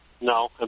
No